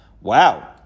Wow